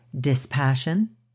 dispassion